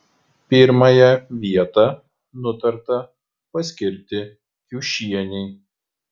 pirmąją vietą nutarta paskirti kiušienei